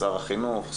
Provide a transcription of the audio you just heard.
שר החינוך,